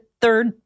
third